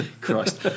Christ